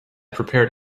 prepared